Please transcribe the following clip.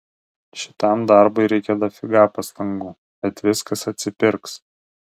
šitam darbui reikia dafiga pastangų bet viskas atsipirks